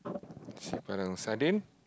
Nasi Padang sardine